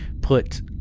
put –